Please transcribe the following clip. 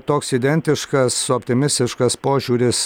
toks identiškas optimistiškas požiūris